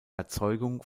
erzeugung